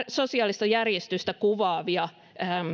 sosiaalista järjestystä kuvaavia